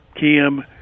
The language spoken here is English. kim